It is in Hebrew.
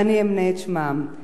ואמנה את שמותיהן: